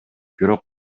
бирок